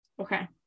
Okay